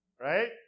right